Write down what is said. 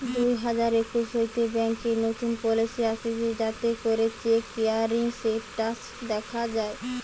দুই হাজার একুশ হইতে ব্যাংকে নতুন পলিসি আসতিছে যাতে করে চেক ক্লিয়ারিং স্টেটাস দখা যায়